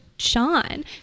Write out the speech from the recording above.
sean